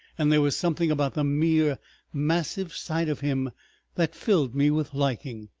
and there was something about the mere massive sight of him that filled me with liking.